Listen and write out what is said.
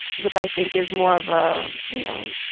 which i think is more of ah you know,